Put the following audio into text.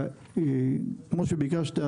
כמו שביקשת,